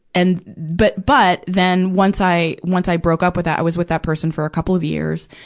and but, but, then once i, once i broke up with that, i was with that person for a couple of years,